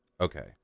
Okay